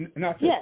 Yes